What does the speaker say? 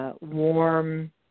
Warm